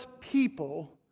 people